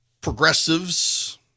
Progressives